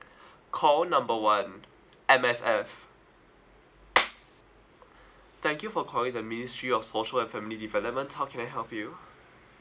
call number one M_S_F thank you for calling the ministry of social and family development how can I help you